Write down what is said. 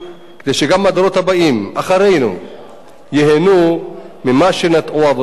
כדי שגם הדורות הבאים אחרינו ייהנו ממה שנטעו אבותינו.